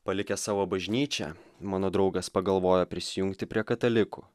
palikę savo bažnyčią mano draugas pagalvojo prisijungti prie katalikų